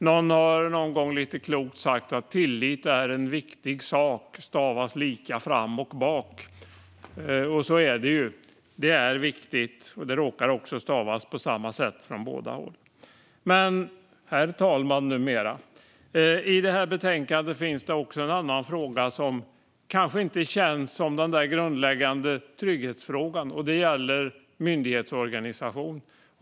Någon har någon gång sagt lite klokt: "Tillit är en viktig sak, stavas lika fram och bak." Så är det; det är viktigt, och det råkar stavas på samma sätt från båda håll. Herr talman! I betänkandet finns en annan fråga, som kanske inte känns som en grundläggande trygghetsfråga. Det gäller myndighetsorganisation.